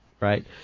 right